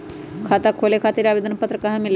खाता खोले खातीर आवेदन पत्र कहा मिलेला?